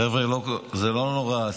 חבר'ה, זה לא נורא.